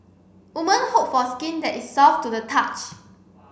woman hope for skin that is soft to the touch